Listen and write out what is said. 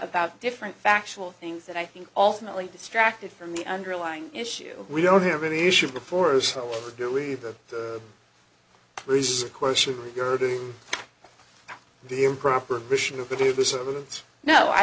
about different factual things that i think ultimately distracted from the underlying issue we don't have any issue before us however believe that raises a question regarding the improper